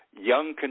young